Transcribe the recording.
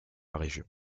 région